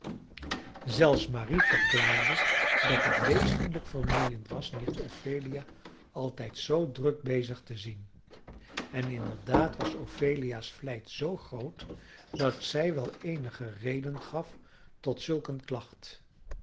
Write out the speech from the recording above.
zelfs marie verklaarde dat het wezenlijk vermoeiend was nicht ophelia altijd zoo druk bezig te zien en inderdaad was ophelia's vlijt zoo groot dat zij wel eenige reden gaf tot zulk een klacht